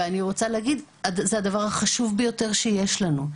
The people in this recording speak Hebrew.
ואני רוצה להגיד, זה הדבר החשוב ביותר שיש לנו.